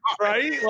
Right